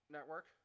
Network